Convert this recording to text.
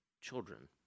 children